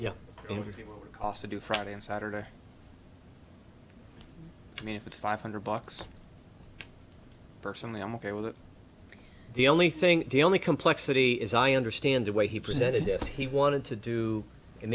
casa do friday and saturday i mean if it's five hundred bucks personally i'm ok with it the only thing the only complexity is i understand the way he presented this he wanted to do